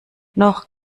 noch